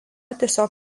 tiesiog